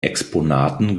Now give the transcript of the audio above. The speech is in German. exponaten